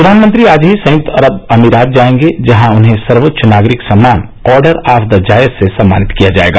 प्रधानमंत्री आज ही संयुक्त अरब अमीरात जाएंगे जहां उन्हें सर्वोच्च नागरिक सम्मान ऑर्डर ऑफ द जायद से सम्मानित किया जाएगा